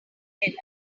dinner